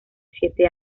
siete